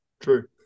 true